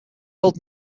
old